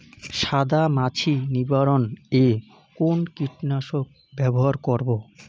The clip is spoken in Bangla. সাদা মাছি নিবারণ এ কোন কীটনাশক ব্যবহার করব?